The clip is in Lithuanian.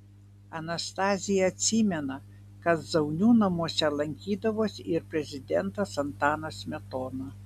anastazija atsimena kad zaunių namuose lankydavosi ir prezidentas antanas smetona